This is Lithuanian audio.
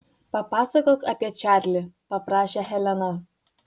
papasakok apie čarlį paprašė helena